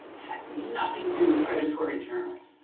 had nothing to do with predatory journals.